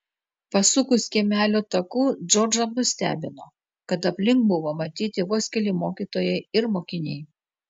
pasukus kiemelio taku džordžą nustebino kad aplink buvo matyti vos keli mokytojai ir mokiniai